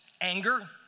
Anger